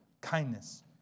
kindness